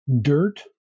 dirt